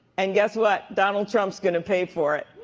and guess what? donald trump's gonna pay for it.